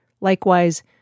Likewise